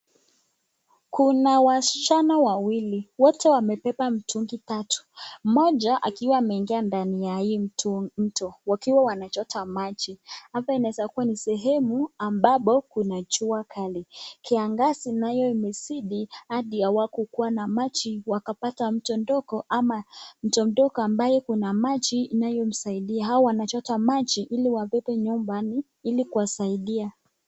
Kuna wasichana wawili wote wamebeba mtungi tatu mmoja akiwa ameingia ndani ya hii mto wakiwa wanachota maji. Hapa inaweza kuwa ni sehemu ambapo kuna jua kali. Kiangaza nayo imezidi hadi hawakukua na maji wakapata mto ndogo ama mto mdogo ambaye una maji inayomsaidia. Hawa wanchota maji ili wabebe nyumbani ili kuwasaidia.